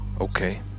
Okay